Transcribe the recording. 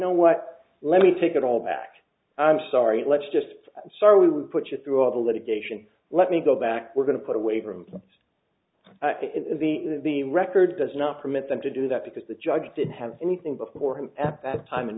know what let me take it all back i'm sorry let's just sir we'll put you through all the litigation let me go back we're going to put away from the the record does not permit them to do that because the judge didn't have anything before him at that time and